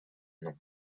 nom